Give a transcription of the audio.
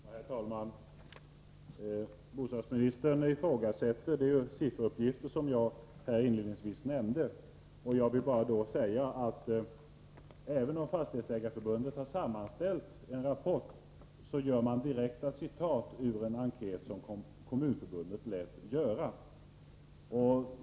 Herr talman! Bostadsministern ifrågasätter de sifferuppgifter som jag här inledningsvis anförde. Jag vill bara säga, att även om Fastighetsägareförbundet har sammanställt en rapport, gör man direkta citat ur en enkät som Kommunförbundet lät göra.